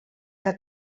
que